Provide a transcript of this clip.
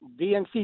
DNC